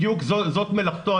בדיוק זאת מלאכתו,